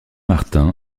martin